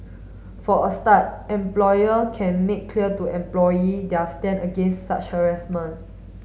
for a start employer can make clear to employee their stand against such harassment